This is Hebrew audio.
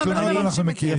את התלונות אנחנו מכירים.